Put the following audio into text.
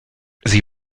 sie